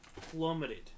plummeted